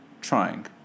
trying